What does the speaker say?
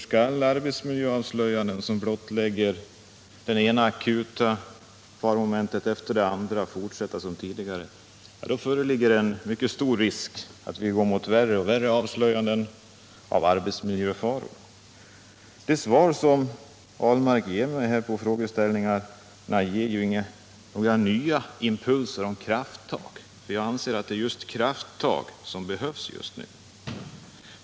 Skall arbetsmiljöavslöjanden som blottlägger det ena akuta faromomentet efter det andra fortsätta som tidigare, föreligger en mycket stor risk för att vi går mot värre och värre avslöjanden om arbetsmiljöfaror. Det svar som Per Ahlmark ger mig på frågeställningarna ger inte belägg Nr 39 för några nya impulser till krafttag, men vi anser att det är krafttag Fredagen den som behövs just nu.